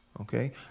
Okay